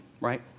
right